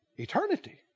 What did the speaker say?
Eternity